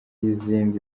y’izindi